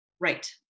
Right